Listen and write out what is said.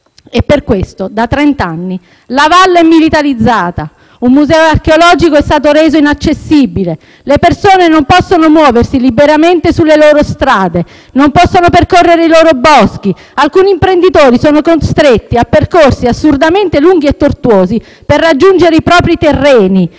e per questo da trenta anni la valle è militarizzata, un museo archeologico è stato reso inaccessibile, le persone non possono muoversi liberamente sulle loro strade e non possono percorrere i loro boschi. Alcuni imprenditori sono costretti a percorsi assurdamente lunghi e tortuosi per raggiungere i propri terreni.